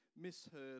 misheard